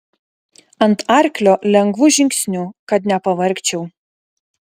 ant arklio lengvu žingsniu kad nepavargčiau